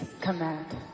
command